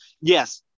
Yes